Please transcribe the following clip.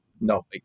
No